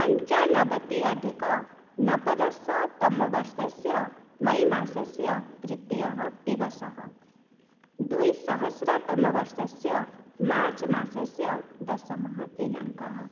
पञ्चनवति अधिक नवदशतमवर्षस्य मयिमासस्य तृतीयः दिवसः द्विसहस्रतमवर्षस्य मार्च्मासस्य दशमः दिनाङ्कः